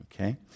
okay